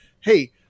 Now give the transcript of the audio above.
hey